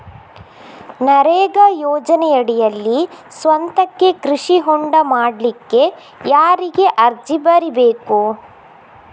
ನರೇಗಾ ಯೋಜನೆಯಡಿಯಲ್ಲಿ ಸ್ವಂತಕ್ಕೆ ಕೃಷಿ ಹೊಂಡ ಮಾಡ್ಲಿಕ್ಕೆ ಯಾರಿಗೆ ಅರ್ಜಿ ಬರಿಬೇಕು?